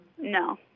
No